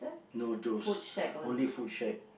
no joe's only food shack